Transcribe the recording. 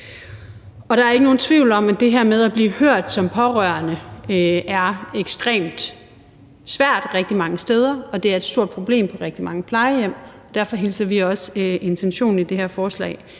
Der er ikke nogen tvivl om, at det her med at blive hørt som pårørende er ekstremt svært rigtig mange steder, og det er et stort problem for rigtig mange plejehjem. Derfor hilser vi også intentionen i det her forslag